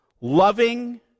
loving